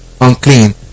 unclean